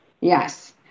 Yes